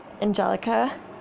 Angelica